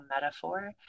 metaphor